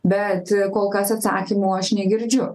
bet kol kas atsakymo aš negirdžiu